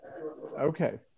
Okay